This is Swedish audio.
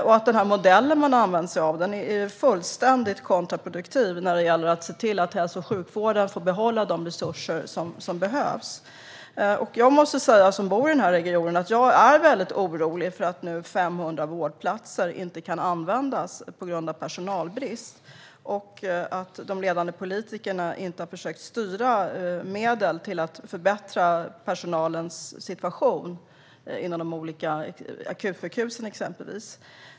Och den modell man har använt sig av är fullständigt kontraproduktiv när det gäller att se till att hälso och sjukvården får behålla de resurser som behövs. Jag som bor i den här regionen måste säga att jag är väldigt orolig för att 500 vårdplatser inte kan användas på grund av personalbrist och för att de ledande politikerna inte har försökt styra medel till att förbättra personalens situation inom de olika akutsjukhusen, exempelvis.